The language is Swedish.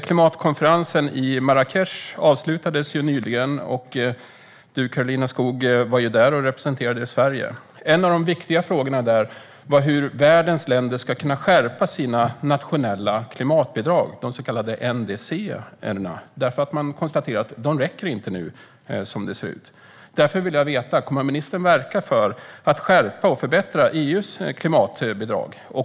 Klimatkonferensen i Marrakech avslutades nyligen, och du, Karolina Skog, var ju där och representerade Sverige. En av de viktiga frågorna var hur världens länder ska kunna skärpa sina nationella klimatbidrag, INDC, eftersom man konstaterat att de inte räcker, som det nu ser ut. Därför vill jag veta om ministern kommer att verka för en skärpning och förbättring av EU:s klimatbidrag.